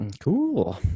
Cool